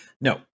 No